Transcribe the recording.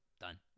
Done